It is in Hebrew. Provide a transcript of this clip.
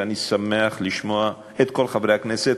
ואני שמח לשמוע את כל חברי הכנסת,